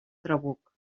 trabuc